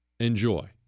Enjoy